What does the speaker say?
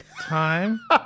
time